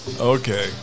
Okay